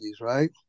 right